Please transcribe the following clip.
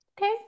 Okay